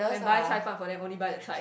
when I buy 菜饭 for them I only buy the 菜